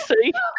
See